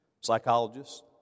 Psychologists